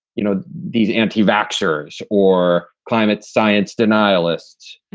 you know, these anti baxters or climate science denial lists,